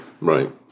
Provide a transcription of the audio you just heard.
Right